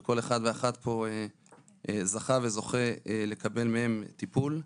כל אחד ואחת פה זכה וזוכה לקבל מהם טיפול.